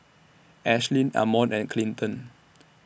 Ashlynn Ammon and Clinton